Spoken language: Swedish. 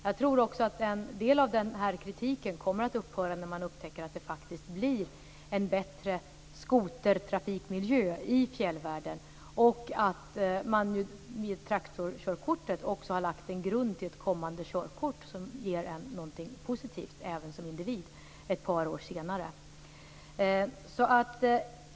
Jag tror också att en del av kritiken kommer att upphöra när man upptäcker att det faktiskt blir en bättre skotertrafiksmiljö i fjällvärlden och att traktorkörkortet lägger en grund för ett kommande körkort, vilket är positivt för individen ett par år senare.